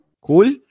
Cool